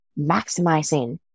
maximizing